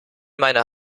meiner